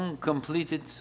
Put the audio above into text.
completed